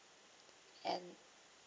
and